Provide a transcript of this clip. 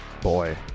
Boy